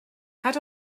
had